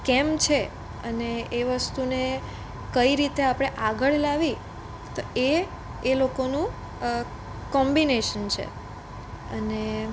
કેમ છે અને એ વસ્તુને કઈ રીતે આપણે આગળ લાવવી તો એ એ લોકોનું કોમ્બિનેશન છે અને